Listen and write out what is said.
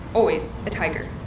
always a tiger.